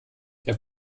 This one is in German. der